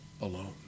alone